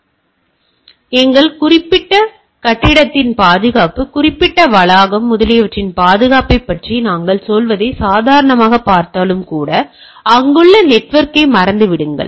எனவே எங்கள் குறிப்பிட்ட கட்டிடத்தின் பாதுகாப்பு குறிப்பிட்ட வளாகம் முதலியவற்றின் பாதுகாப்பைப் பற்றி நாங்கள் சொல்வதை சாதாரணமாகப் பார்த்தாலும் கூட அங்குள்ள நெட்வொர்க்கை மறந்துவிடுங்கள்